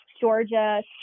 Georgia